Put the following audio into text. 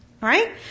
right